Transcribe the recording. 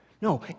No